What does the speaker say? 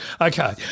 Okay